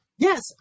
Yes